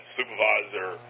supervisor